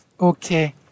Okay